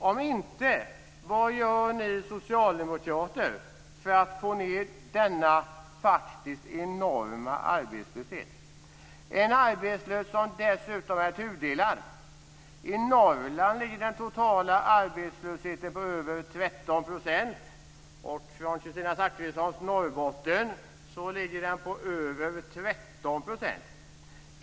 Om inte, vad gör ni socialdemokrater för att få ned denna enorma arbetslöshet? Det är en arbetslöshet som dessutom är tudelad. I Norrland ligger den totala arbetslösheten på över 13 %. I Kristina Zakrissons Norrbotten ligger den på över 13 %.